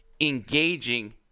engaging